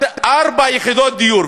ארבע יחידות דיור.